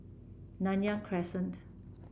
Nanyang Crescent